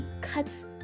cuts